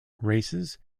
races